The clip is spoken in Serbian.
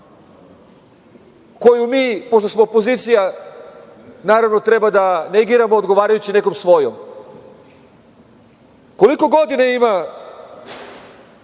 koju mi, pošto smo opozicija, naravno, treba da negiramo odgovarajući nekom svojom? Koliko godina ima